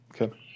Okay